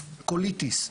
קוליטיס,